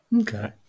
Okay